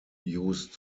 used